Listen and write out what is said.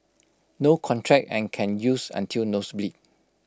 no contract and can use until nose bleed